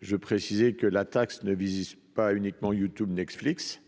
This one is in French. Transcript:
jeux préciser que la taxe ne vise pas uniquement YouTube n'explique